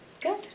Good